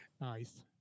Nice